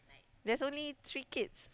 there's only three kids